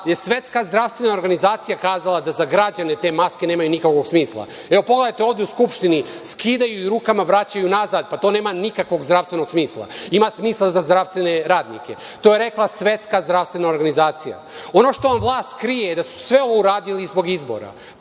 Svetska zdravstvena organizacija kazala da za građane te maske nemaju nikakvog smisla. Evo, pogledajte ovde u Skupštini, skidaju ih i rukama vraćaju nazad. Pa, to nema nikakvog zdravstvenog smisla. Ima smisla za zdravstvene radnike. To je rekla Svetska zdravstvena organizacija. Ono što vam vlast krije je da su sve ovo uradili zbog izbora.